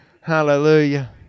Hallelujah